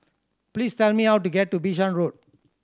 please tell me how to get to Bishan Road